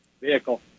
vehicle